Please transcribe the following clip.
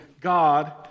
God